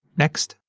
next